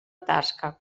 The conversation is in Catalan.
tasca